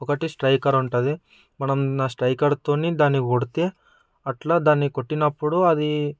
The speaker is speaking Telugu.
ఒకటి స్ట్రైకర్ ఉంటుంది మనం ఆ స్ట్రైకర్ తోటి దాన్ని కొడితే అట్లా దాన్ని కొట్టినప్పుడు అది